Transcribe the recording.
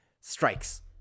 strikes